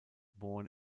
born